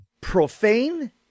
profane